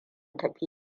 tafi